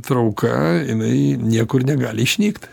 trauka jinai niekur negali išnykt